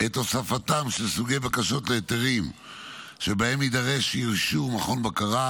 את תוספתם של סוגי בקשות להיתרים שבהם יידרש אישור מכון בקרה,